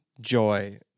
joy